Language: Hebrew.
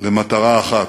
למטרה אחת.